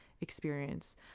experience